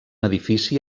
edifici